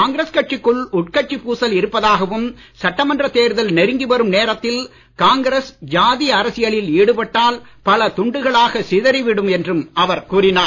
காங்கிரஸ் கட்சிக்குள் உட்கட்சி பூசல் இருப்பதாகவும் சட்டமன்றத் தேர்தல் நெருங்கி வரும் நேரத்தில் காங்கிரஸ் ஜாதி அரசியலில் ஈடுபட்டால் பல துண்டுகளாக சிதறிவிடும் என்றும் அவர் கூறினார்